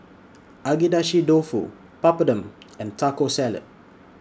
Agedashi Dofu Papadum and Taco Salad